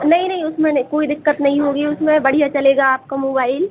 नहीं नहीं उसमें नइ कोई दिक्कत नई होगी उसमें बढ़िया चलेगा आपका मोबाइल